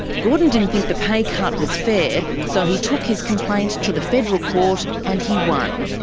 gordon didn't think the pay cut was fair, so he took his complaint to the federal court and he won.